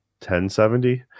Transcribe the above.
1070